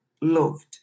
loved